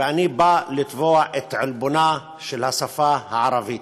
ואני בא לתבוע את עלבונה של השפה הערבית.